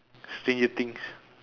stranger things